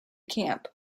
camp